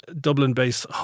Dublin-based